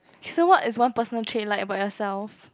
so what is one personal trait you like about yourself